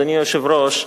אדוני היושב-ראש,